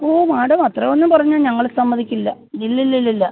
ഓ madam അത്രയൊന്നും പറഞ്ഞാൽ ഞങ്ങൾ സമ്മതിക്കില്ല ഇല്ലില്ലില്ലില്ല